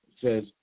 says